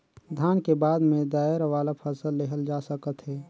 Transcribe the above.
धान के बाद में दायर वाला फसल लेहल जा सकत हे